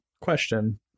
question